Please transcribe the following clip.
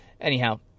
anyhow